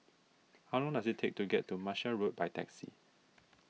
how long does it take to get to Martia Road by taxi